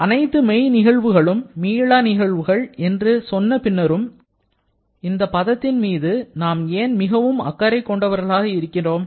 அனைத்து மெய் நிகழ்வுகளும் மீளா நிகழ்வுகள் என்று சொன்ன பின்னரும் எந்த பதத்தின் மீது நாம் ஏன் மிகவும் அக்கறை கொண்டவர்களாக இருக்கிறோம்